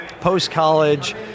post-college